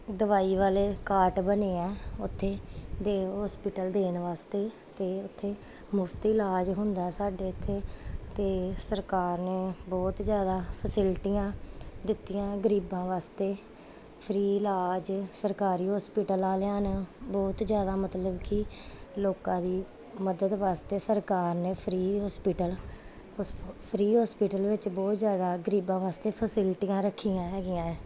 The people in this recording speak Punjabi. ਦਵਾਈ ਵਾਲੇ ਕਾਟ ਬਣੇ ਆ ਉੱਥੇ ਦੇ ਹੋਸਪਿਟਲ ਦੇਣ ਵਾਸਤੇ ਅਤੇ ਉੱਥੇ ਮੁਫਤ ਇਲਾਜ ਹੁੰਦਾ ਸਾਡੇ ਇੱਥੇ ਅਤੇ ਸਰਕਾਰ ਨੇ ਬਹੁਤ ਜ਼ਿਆਦਾ ਫੈਸਿਲਿਟੀਆਂ ਦਿੱਤੀਆਂ ਗਰੀਬਾਂ ਵਾਸਤੇ ਫਰੀ ਇਲਾਜ ਸਰਕਾਰੀ ਹੋਸਪਿਟਲ ਵਾਲਿਆਂ ਨੇ ਬਹੁਤ ਜ਼ਿਆਦਾ ਮਤਲਬ ਕਿ ਲੋਕਾਂ ਦੀ ਮਦਦ ਵਾਸਤੇ ਸਰਕਾਰ ਨੇ ਫਰੀ ਹੋਸਪਿਟਲ ਹੋਸਪ ਫਰੀ ਹੋਸਪਿਟਲ ਵਿੱਚ ਬਹੁਤ ਜ਼ਿਆਦਾ ਗਰੀਬਾਂ ਵਾਸਤੇ ਫੈਸਿਲਿਟੀਆਂ ਰੱਖੀਆਂ ਹੈਗੀਆਂ ਹੈ